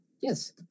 Yes